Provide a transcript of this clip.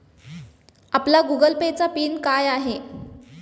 आपला Google Pay चा PIN काय आहे?